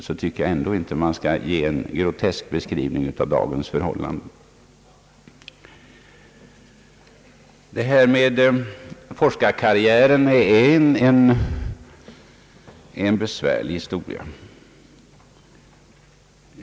Jag tycker som sagt inte att man skall ge en sådan grotesk beskrivning av dagens förhållanden. Forskarkarriären är en besvärlig fråga.